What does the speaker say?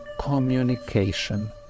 communication